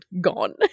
Gone